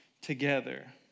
together